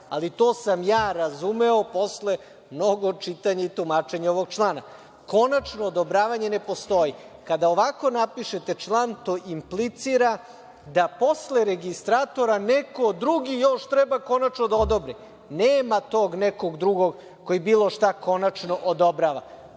Ali, to sam ja razumeo posle mnogo čitanja i tumačenja ovog člana. Konačno odobravanje ne postoji. Kada ovako napišete član, to implicira da posle registratora neko drugi još treba konačno da odobri. Nema tog nekog drugog koji bilo šta konačno odobrava.